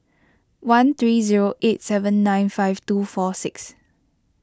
one three zero eight seven nine five two four six